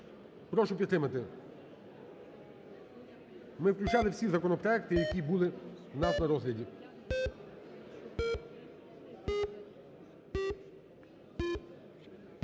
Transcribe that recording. Прошу підтримати. Ми включали всі законопроекти, які були у нас на розгляді.